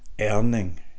earning